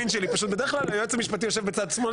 בדרך כלל היועץ המשפטי יושב בצד שמאל